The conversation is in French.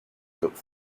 photo